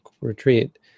retreat